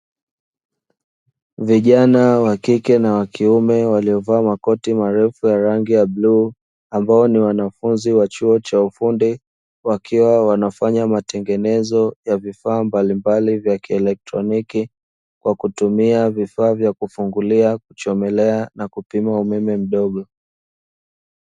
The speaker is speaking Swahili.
Vijana wa kike na wa kiume waliovaa makoti marefu ya rangi ya bluu, ambao ni wanafunzi wa chuo cha ufundi wakiwa wanafanya matengenezo ya vifaa mbalimbali vya kielektroniki wa kutumia vifaa vya kufungulia, kuchomelea, na kupima umeme mdogo.